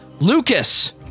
Lucas